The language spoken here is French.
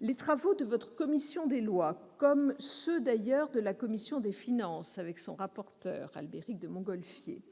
Les travaux de votre commission des lois, comme ceux d'ailleurs de la commission des finances et de son rapporteur pour avis, Albéric de Montgolfier,